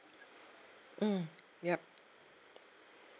mm yup